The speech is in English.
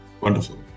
Wonderful